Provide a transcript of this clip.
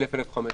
1,000-1,500.